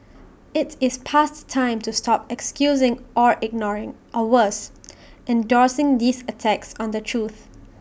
IT is past time to stop excusing or ignoring or worse endorsing these attacks on the truth